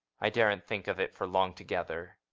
i daren't think of it for long together.